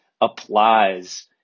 applies